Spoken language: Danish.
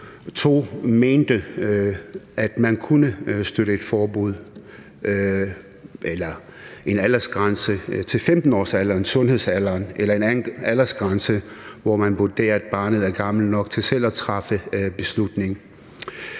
2 mente, at man kunne støtte et forbud eller en aldersgrænse til 15 år, sundhedsalderen, eller en anden aldersgrænse, hvor man vurderer, at barnet er gammelt nok til selv at træffe beslutning.